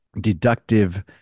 deductive